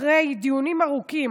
אחרי דיונים ארוכים,